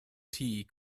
tea